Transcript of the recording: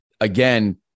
again